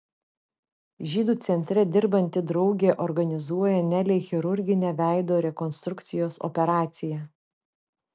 žydų centre dirbanti draugė organizuoja nelei chirurginę veido rekonstrukcijos operaciją